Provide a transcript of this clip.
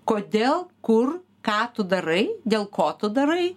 kodėl kur ką tu darai dėl ko tu darai